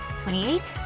twenty eight?